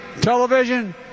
television